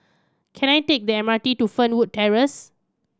can I take the M R T to Fernwood Terrace